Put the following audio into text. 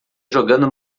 jogando